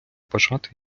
бажати